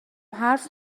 حرف